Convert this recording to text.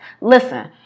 listen